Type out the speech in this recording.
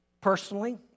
personally